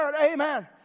Amen